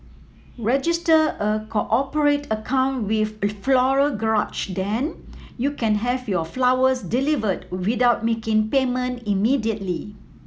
register a cooperate account with Floral Garage then you can have your flowers delivered without making payment immediately